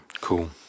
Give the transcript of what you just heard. Cool